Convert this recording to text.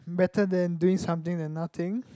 better than doing something than nothing